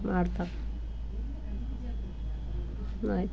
ಮಾಡ್ತಾನೆ ಆಯಿತು